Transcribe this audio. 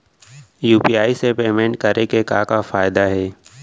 UPI से payment करे के का का फायदा हे?